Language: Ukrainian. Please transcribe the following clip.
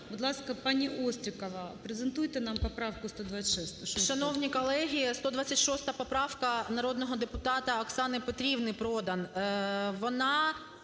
Будь ласка, пані Острікова, презентуйте нам поправку 126. 13:46:02 ОСТРІКОВА Т.Г. Шановні колеги, 126 поправка народного депутата Оксани Петрівни Продан.